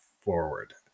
forward